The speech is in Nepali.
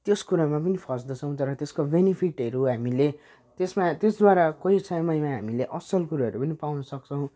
त्यस कुरामा पनि फँस्दछौँ तर त्यसको बेनिफिटहरू हामीले त्यसमा त्यसद्वारा कोही समयमा हामीले असल कुरोहरू पनि पाउनसक्छौँ